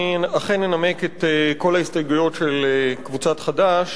אני אכן אנמק את כל ההסתייגויות של קבוצת חד"ש